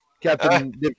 Captain